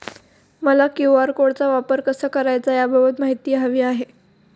मला क्यू.आर कोडचा वापर कसा करायचा याबाबत माहिती हवी आहे